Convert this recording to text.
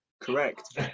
Correct